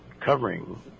covering